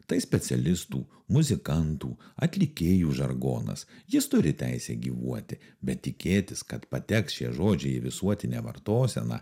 tai specialistų muzikantų atlikėjų žargonas jis turi teisę gyvuoti bet tikėtis kad pateks šie žodžiai į visuotinę vartoseną